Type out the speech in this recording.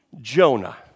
Jonah